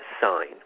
Sign